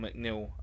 McNeil